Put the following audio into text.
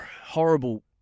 horrible